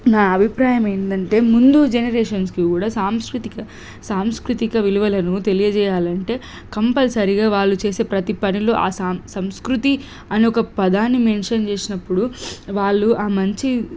నా అభిప్రాయం ఏంటంటే ముందు జెనరేషన్స్లో కూడా సాంస్కృతిక సాంస్కృతిక విలువలను తెలియచేయాలంటే కంపల్సరీగా వాళ్ళు చేసే ప్రతి పనిలో ఆ సం సంస్కృతి అని ఒక పదాన్ని మెన్షన్ చేసినప్పుడు వాళ్ళు ఆ మంచి